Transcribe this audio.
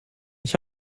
ich